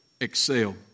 Excel